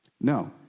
No